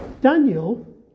Daniel